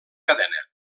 cadena